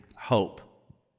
hope